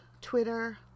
Twitter